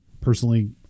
personally